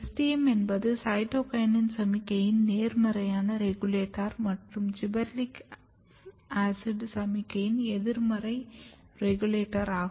STM என்பது cytokinin சமிக்ஞையின் நேர்மறையான ரெகுலேட்டர் மற்றும் ஜிபெர்லிக் ஆசிட் சமிக்ஞையின் எதிர்மறை ரெகுலேட்டர் ஆகும்